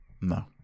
No